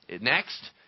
next